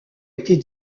était